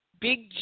big